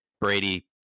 Brady